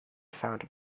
found